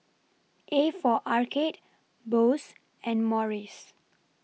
A For Arcade Bose and Morries